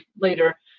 later